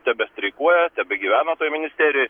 tebestreikuoja tebegyvena toj ministerijoj